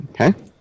Okay